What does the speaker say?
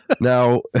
Now